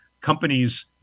companies